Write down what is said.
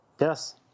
Yes